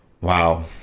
wow